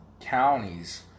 counties